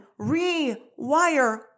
rewire